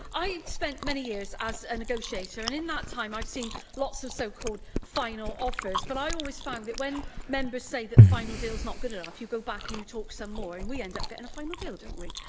i spent many years as a negotiator, and in that time, i've seen lots of so-called final offers, but i always found that when members say that the final deal's not good enough, you go back and you talk some more, and we end up getting a final deal, don't we?